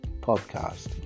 podcast